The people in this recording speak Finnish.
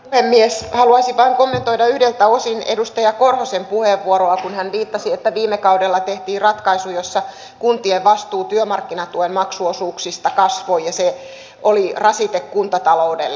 haluaisin vain kommentoida yhdeltä osin edustaja korhosen puheenvuoroa kun hän viittasi että viime kaudella tehtiin ratkaisu jossa kuntien vastuu työmarkkinatuen maksuosuuksista kasvoi ja se oli rasite kuntataloudelle